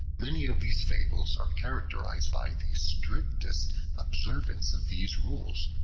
many of these fables are characterized by the strictest observance of these rules.